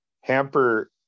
hamper